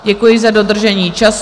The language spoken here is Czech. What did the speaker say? Děkuji za dodržení času.